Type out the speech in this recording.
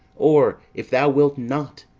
or, if thou wilt not,